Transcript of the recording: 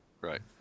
Right